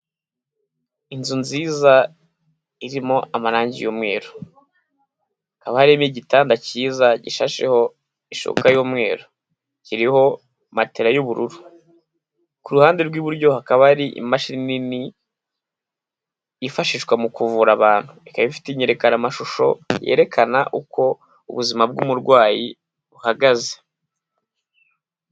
Inzu nziza irimo amarangi y'umweru. Haba harimo igitanda cyiza gishasheho ishuka y'umweru. Kiriho matela y'ubururu. Ku ruhande rw'iburyo hakaba hari imashini nini yifashishwa mu kuvura abantu. Ikaba ifite inyerekanamashusho yerekana uko ubuzima bw'umurwayi buhagaze.